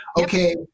Okay